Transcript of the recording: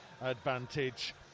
advantage